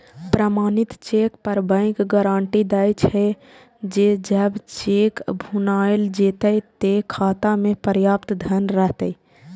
प्रमाणित चेक पर bank guarantee दै छे, जे जब चेक भुनाएल जेतै, ते खाता मे पर्याप्त धन रहतै